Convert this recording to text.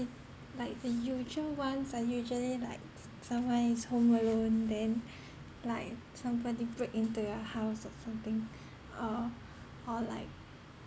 like the usual ones are usually like s~ someone is home alone then like somebody break into your house or something or or like